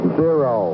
zero